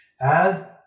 Add